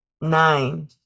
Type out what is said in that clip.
nine